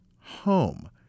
home